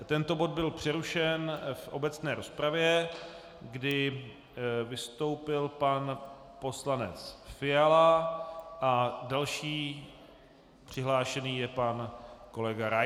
Tento bod byl přerušen v obecné rozpravě, kdy vystoupil pan poslanec Fiala, a další přihlášený je pan kolega Rais.